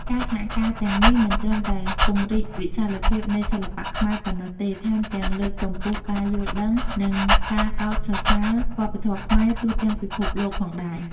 ការសហការទាំងនេះមិនត្រឹមតែពង្រីកវិសាលភាពនៃសិល្បៈខ្មែរប៉ុណ្ណោះទេ ថែមទាំងលើកកម្ពស់ការយល់ដឹង និងការកោតសរសើរវប្បធម៌ខ្មែរទូទាំងពិភពលោកផងដែរ។